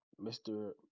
Mr